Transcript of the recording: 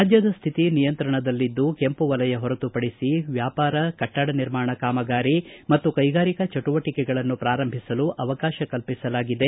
ರಾಜ್ಯದ ಸ್ಥಿತಿ ನಿಯಂತ್ರಣದಲ್ಲಿದ್ದು ಕೆಂಪು ವಲಯ ಹೊರತುಪಡಿಸಿ ವ್ಯಾಪಾರ ಕಟ್ಟಡ ನಿರ್ಮಾಣ ಕಾಮಗಾರಿ ಮತ್ತು ಕೈಗಾರಿಕಾ ಚೆಟುವಟಿಕೆಗಳನ್ನು ಪ್ರಾರಂಭಿಸಲು ಅವಕಾಶ ಕಲ್ಲಿಸಲಾಗಿದೆ